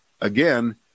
again